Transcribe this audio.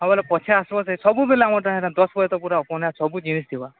ଆମର ପଛେ ଆସିବ ଯେ ସବୁବେଳେ ଆମର ଠାଁଏ ଦଶ ବଜେ ତକ ପୁରା ଓପନ୍ ହେସି ସବୁ ଜିନିଷ୍ ଥିବ